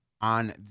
on